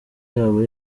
yaba